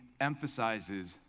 emphasizes